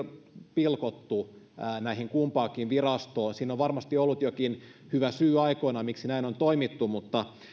pilkottu näihin kumpaankin virastoon siinä on varmasti ollut jokin hyvä syy aikoinaan miksi näin on toimittu mutta